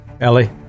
Ellie